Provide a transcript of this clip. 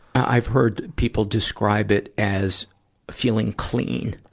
i've heard people describe it as feeling clean.